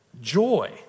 Joy